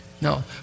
No